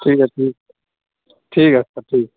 ٹھیک ہے ٹھیک ٹھیک ہے سر ٹھیک